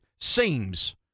seems